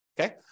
okay